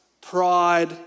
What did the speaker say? pride